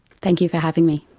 thank you for having me.